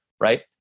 Right